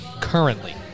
currently